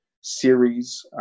series